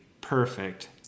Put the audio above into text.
perfect